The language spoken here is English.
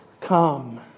come